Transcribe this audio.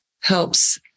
helps